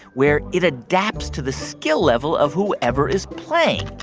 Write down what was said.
where it adapts to the skill level of whoever is playing.